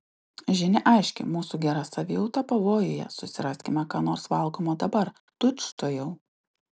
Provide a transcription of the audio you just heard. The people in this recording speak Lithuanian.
žinia aiški mūsų gera savijauta pavojuje susiraskime ką nors valgomo dabar tučtuojau